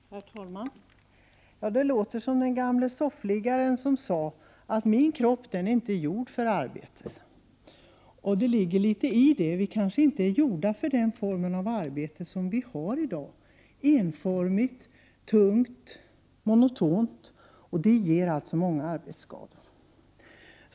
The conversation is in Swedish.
Herr talman! Det här låter som den gamle soffliggaren, som sade: Min kropp är inte gjord för arbete. Det ligger något i det — vi människor kanske inte är gjorda för den form av arbete som vi utför i dag, som är enformigt, tungt och monotont och som ger många arbetsskador.